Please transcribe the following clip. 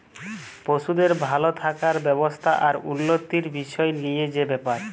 পশুদের ভাল থাকার ব্যবস্থা আর উল্যতির বিসয় লিয়ে যে ব্যাপার